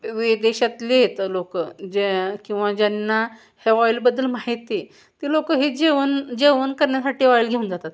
विदेशातले आहेत लोक जे किंवा ज्यांना हे ऑईलबद्दल माहिती आहे ते लोक हे जेवण जेवण करण्यासाठी ऑईल घेऊन जातात